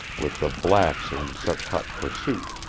with the blacks in such hot pursuit.